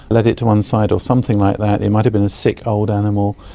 led it to one side or something like that, it might have been a sick old animal.